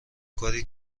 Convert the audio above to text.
کاری